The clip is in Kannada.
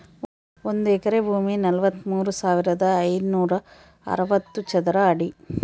ಒಂದು ಎಕರೆ ಭೂಮಿ ನಲವತ್ಮೂರು ಸಾವಿರದ ಐನೂರ ಅರವತ್ತು ಚದರ ಅಡಿ